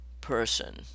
person